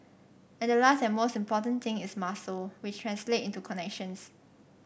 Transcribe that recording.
and the last and most important thing is muscle which translate into connections